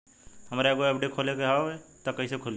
हमरा एगो एफ.डी खोले के हवे त कैसे खुली?